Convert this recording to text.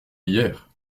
hier